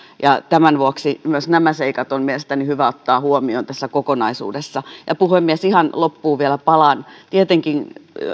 ja tämän vuoksi myös nämä seikat on mielestäni hyvä ottaa huomioon tässä kokonaisuudessa puhemies ihan loppuun vielä palaan tietenkään